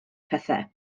pethau